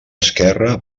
esquerra